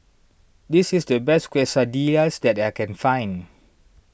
this is the best Quesadillas that I can find